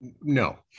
no